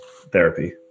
therapy